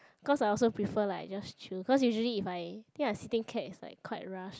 because I also prefer like just chill cause usually if I I think if I'm sitting cab it's like quite rush